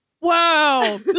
Wow